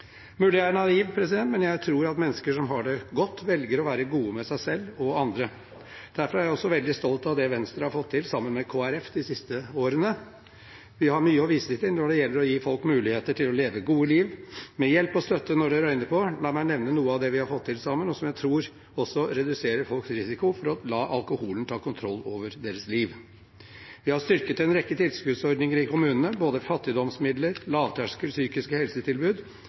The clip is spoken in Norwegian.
mulig jeg er naiv, men jeg tror at mennesker som har det godt, velger å være gode med seg selv og andre. Derfor er jeg også veldig stolt av det Venstre har fått til sammen med Kristelig Folkeparti de siste årene. Vi har mye å vise til når det gjelder å gi folk muligheter til å leve et godt liv, med hjelp og støtte når det røyner på. La meg nevne noe av det vi har fått til sammen, som jeg tror også reduserer risikoen for at alkoholen tar kontrollen over folks liv: Vi har styrket en rekke tilskuddsordninger til kommunene, både fattigdomsmidler